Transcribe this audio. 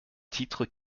titres